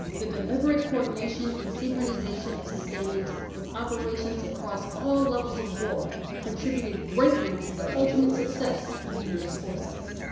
the deliberate coordination and synchronization of sustainment with operations across all levels of war contributed greatly to the ultimate success of the u s. forces.